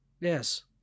Yes